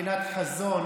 מבחינת חזון.